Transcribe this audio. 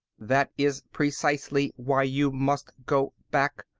that is precisely why you must go back.